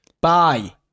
Bye